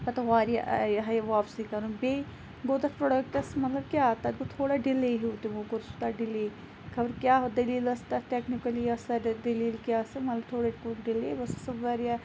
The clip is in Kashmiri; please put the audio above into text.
پَتہٕ واریاہ ہیے یہِ واپسٕے کَرُن بیٚیہِ گوٚو تَتھ پروڈَکٹَس مَطلَب کیاہ تَتہِ گوٚو تھوڑا ڈِلے ہیٚو تِمو کوٚر سُہ تَتھ ڈِلے خَبَر کیاہ دٔلیٖل ٲسۍ تَتھ ٹیٚکنِکٔلی أسۍ دٔلیٖل کیاہ ٲسہ مَگَر تھوڑا گوکھ ڈِلے بہٕ ٲسِس واریاہ